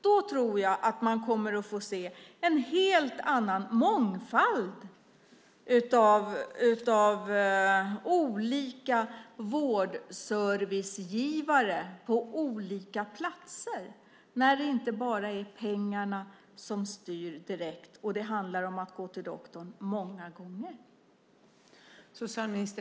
Jag tror att vi kommer att få se en helt annan mångfald av olika vårdservicegivare på olika platser när det inte bara är pengarna som styr direkt och det handlar om att gå till doktorn många gånger.